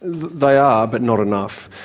they are, but not enough.